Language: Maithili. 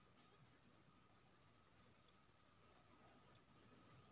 हुंडीयेक नकल पर चेकक निर्माण लोक द्वारा कैल गेल रहय